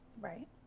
Right